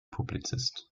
publizist